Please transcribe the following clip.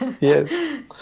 yes